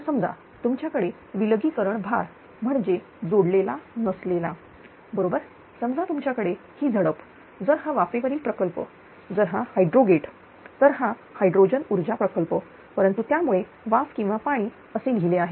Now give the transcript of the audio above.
तर समजा तुमच्याकडे विलगीकरण भार म्हणजे जोडलेला नसलेला बरोबर समजा तुमच्याकडे ही झडप जर हा वाफेवरील प्रकल्प जर हा हायड्रो गेट तर हा हायड्रोजन ऊर्जा प्रकल्प परंतु त्यामुळे वाफ किंवा पाणी असे लिहिले आहे